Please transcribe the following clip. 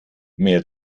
mehr